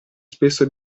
spesso